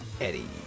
Eddie